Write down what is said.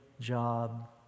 job